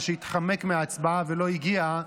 שהתחמק מההצבעה ולא הגיע,